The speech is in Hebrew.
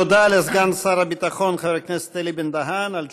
תודה רבה לסגן שר הביטחון חבר הכנסת אלי בן-דהן על תשובותיו.